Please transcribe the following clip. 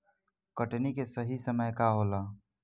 कटनी के सही समय का होला?